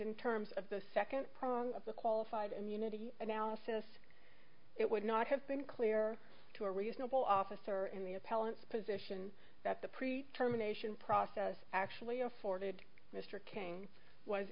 in terms of the second prong of the qualified immunity analysis it would not have been clear to a reasonable officer in the appellants position that the pre terminations process actually afforded mr kane was